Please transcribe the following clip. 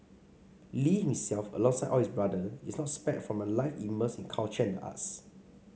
Lee himself alongside all his brothers is not spared from a life immersed in culture and the arts